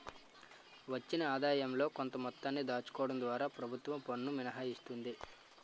వచ్చిన ఆదాయంలో కొంత మొత్తాన్ని దాచుకోవడం ద్వారా ప్రభుత్వం పన్ను మినహాయిస్తుంది